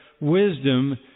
wisdom